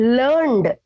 learned